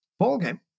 ballgame